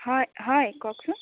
হয় হয় কওকচোন